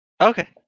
okay